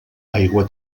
aigua